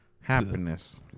happiness